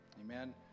Amen